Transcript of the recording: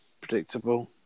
Predictable